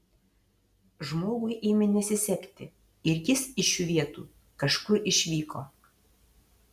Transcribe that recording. žmogui ėmė nesisekti ir jis iš šių vietų kažkur išvyko